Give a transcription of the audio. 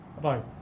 Right